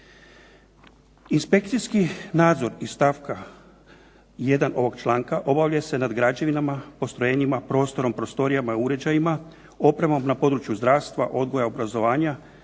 Inspekcijski nadzor iz stavka 1. ovog članka obavlja se nad građevinama, postrojenjima, prostorom, prostorijama i uređajima, opremom na području zdravstva, odgoja, obrazovanja,